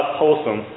wholesome